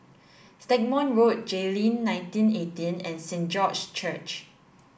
Stagmont Road Jayleen nineteen eighteen and Saint George's Church